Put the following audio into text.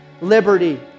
liberty